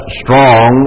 strong